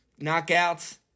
knockouts